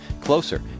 Closer